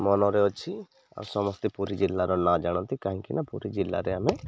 ମନରେ ଅଛି ଆଉ ସମସ୍ତେ ପୁରୀ ଜିଲ୍ଲାର ନା ଜାଣନ୍ତି କାହିଁକି ନା ପୁରୀ ଜିଲ୍ଲାରେ ଆମେ